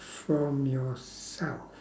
from yourself